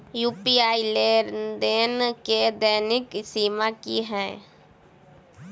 UPI लेनदेन केँ दैनिक सीमा की है?